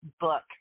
book